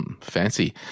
fancy